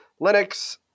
Linux